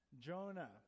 Jonah